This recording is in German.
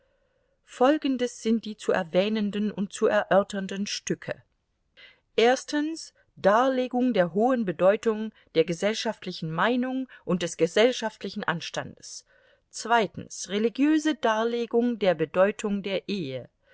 folgendes sind die zu erwähnenden und zu erörternden stücke erstens darlegung der hohen bedeutung der gesellschaftlichen meinung und des gesellschaftlichen anstandes zweitens religiöse darlegung der bedeutung der ehe